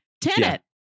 tenant